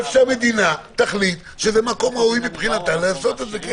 איפה שהמדינה תחליט שזה מקום ראוי מבחינתה לעשות את זה.